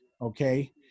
okay